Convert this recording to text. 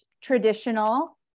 traditional